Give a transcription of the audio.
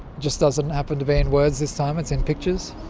just doesn't happen to be in words this time, it's in pictures.